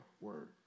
word